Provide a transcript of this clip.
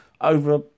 over